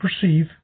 perceive